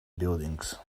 buildings